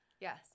yes